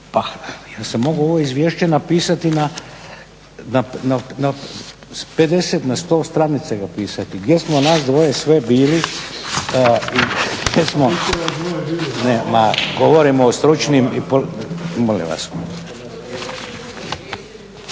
Pa ja sam mogao ovo izvješće napisati na 50, na 100 stranica ga pisati gdje smo nas dvoje sve bili i gdje smo. …/Upadica sa strane, ne čuje se./… Ne,